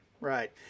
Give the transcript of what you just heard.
right